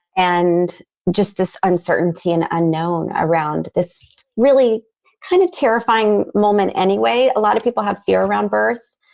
and just this uncertainty and unknown around this really kind of terrifying moment anyway. a lot of people have fear around birth.